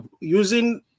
Using